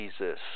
Jesus